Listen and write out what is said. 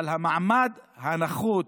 אבל המעמד הנחות,